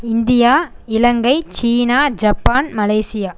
India Ilangai China Japan Malaysia